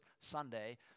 Sunday